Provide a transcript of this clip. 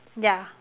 ya